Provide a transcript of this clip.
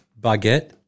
baguette